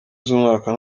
z’umwaka